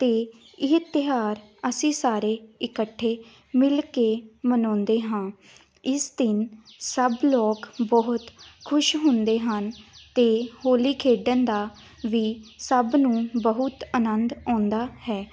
ਅਤੇ ਇਹ ਤਿਉਹਾਰ ਅਸੀਂ ਸਾਰੇ ਇਕੱਠੇ ਮਿਲ ਕੇ ਮਨਾਉਂਦੇ ਹਾਂ ਇਸ ਦਿਨ ਸਭ ਲੋਕ ਬਹੁਤ ਖੁਸ਼ ਹੁੰਦੇ ਹਨ ਅਤੇ ਹੋਲੀ ਖੇਡਣ ਦਾ ਵੀ ਸਭ ਨੂੰ ਬਹੁਤ ਆਨੰਦ ਆਉਂਦਾ ਹੈ